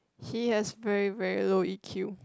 he has very very low E Q